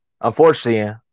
unfortunately